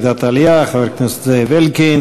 העלייה והקליטה חבר הכנסת זאב אלקין.